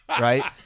right